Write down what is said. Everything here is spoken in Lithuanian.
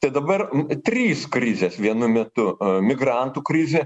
tai dabar trys krizės vienu metu migrantų krizė